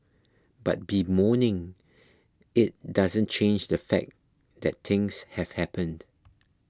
but bemoaning it doesn't change the fact that things have happened